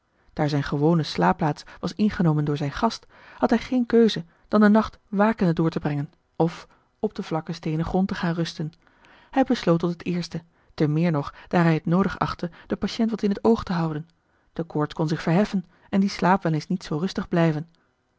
daar zijne gewone slaapplaats was ingenomen door zijn gast had hij geene keuze dan den nacht wakende door te brengen of op den vlakken steenen grond te gaan rusten hij besloot tot het eerste te meer nog daar hij t noodig achtte den patiënt wat in t oog te houden de koorts kon zich verheffen en die slaap wel eens niet z rustig blijven